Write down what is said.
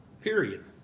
Period